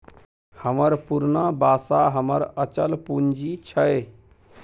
हमर पुरना बासा हमर अचल पूंजी छै